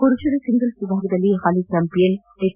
ಪುರುಷರ ಸಿಂಗಲ್ಸ್ ವಿಭಾಗದಲ್ಲಿ ಹಾಲಿ ಚಾಂಪಿಯನ್ ಎಚ್